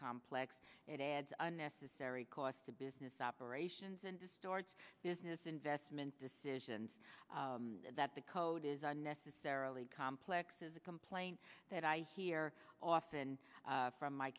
complex it adds unnecessary costs to business operations and distorts business investment decisions that the code is unnecessarily complex as a complaint that i hear often from my